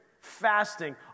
fasting